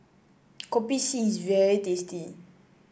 Kopi C is very tasty